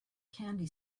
candy